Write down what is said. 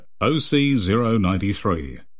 OC093